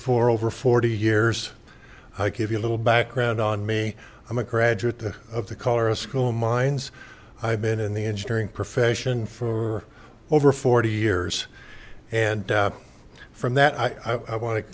for over forty years i give you a little background on me i'm a graduate of the colorado school of mines i've been in the engineering profession for over forty years and from that i i want to